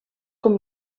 com